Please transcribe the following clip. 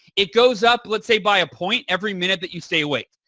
it goes up let's say by a point every minute that you stay awake.